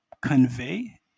convey